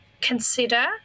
consider